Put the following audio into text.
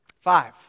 Five